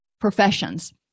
professions